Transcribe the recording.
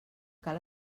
cal